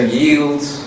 yields